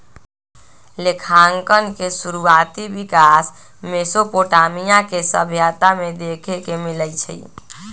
लेखांकन के शुरुआति विकास मेसोपोटामिया के सभ्यता में देखे के मिलइ छइ